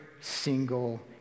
single